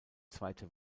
zweite